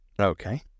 Okay